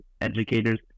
educators